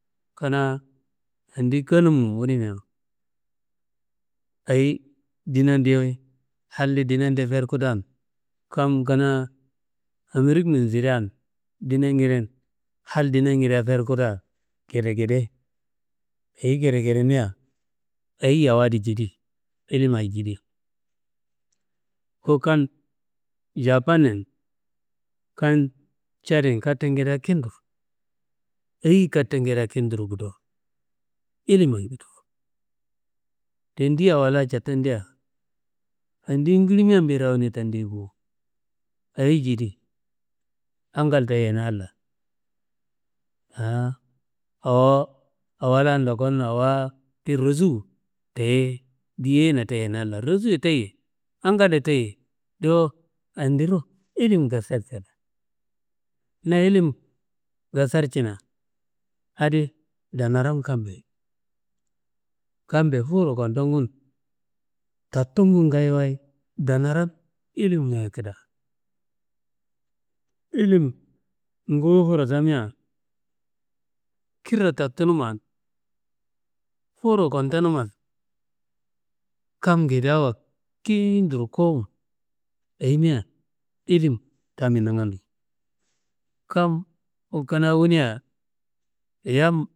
Kanaa, yendi kenumun wunumia ayi ndinadewoye? Halde ndinade ferngudan? Kam kanaa amerikun sirean ndinangeden hal ndinangede fernguda ngedengede, ayi ngedengedemia, ayi awo adi jidi ilimayi jidi. Ku kam japanun, kan cadian kattengedea kintu, ayi kattengedea kinturo gudo ilimi gudo, tendi awo la cetandea, yendi ngili meambe rone tendei bo, ayi jidi ngal teyena halla (intielligible) awo la ndokon awa ti rossuwu teye diyeina teyenu halla, rossuwu te- ye ngalye te- ye, do yendiro ilim ngasarserna, na ilim ngasarcina adi ndanarom kammbe. Kammbe fuwuro kuntongun tattungun ngaayowaye, ndanarom ilimngayi keda. Ilim ngufuwuro tamia, kirro tattunuman, fuwuro kuntonuman, kam ngedeawa kinturo kowumu, ayimia ilim tami nangando. Kam ku kanaa wunea, yam